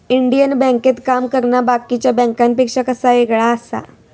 Indian बँकेत काम करना बाकीच्या बँकांपेक्षा कसा येगळा आसा?